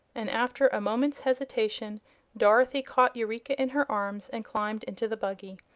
and after a moment's hesitation dorothy caught eureka in her arms and climbed into the buggy.